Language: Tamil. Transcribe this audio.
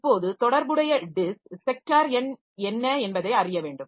இப்போது தொடர்புடைய டிஸ்க் ஸெக்டார் எண் என்ன என்பதை அறிய வேண்டும்